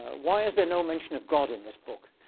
ah why is there no mention of god in this book?